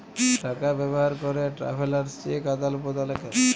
টাকা ব্যবহার ক্যরে ট্রাভেলার্স চেক আদাল প্রদালে ক্যরে